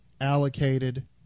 allocated